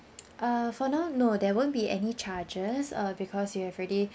uh for now no there won't be any charges uh because you have already